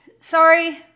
Sorry